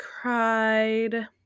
Cried